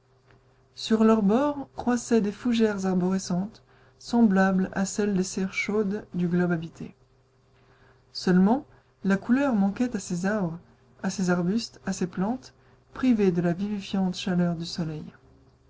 sur leurs bords croissaient des fougères arborescentes semblables à celles des serres chaudes du globe habité seulement la couleur manquait à ces arbres à ces arbustes à ces plantes privés de la vivifiante chaleur du soleil